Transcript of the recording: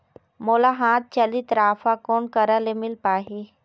मोला हाथ चलित राफा कोन करा ले मिल पाही?